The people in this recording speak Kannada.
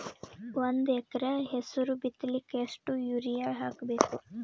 ಒಂದ್ ಎಕರ ಹೆಸರು ಬಿತ್ತಲಿಕ ಎಷ್ಟು ಯೂರಿಯ ಹಾಕಬೇಕು?